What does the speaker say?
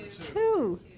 Two